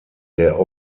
der